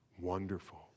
wonderful